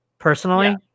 personally